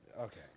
okay